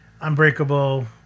Unbreakable